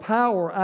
power